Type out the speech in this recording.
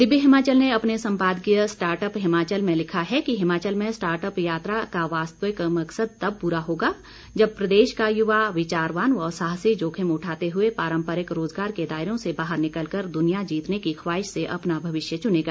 दिव्य हिमाचल ने अपने संपादकीय स्टार्ट अप हिमाचल में लिखा है कि हिमाचल में स्टार्ट अप यात्रा का वास्तविक मकसद तब पूरा होगा जब प्रदेश का युवा विचारवान व साहसी जोखिम उठाते हुए पारंपरिक रोजगार के दायरों से बाहर निकल कर दुनिया जीतने की ख्वाहिश से अपना भविष्य चुनेगा